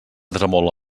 tremola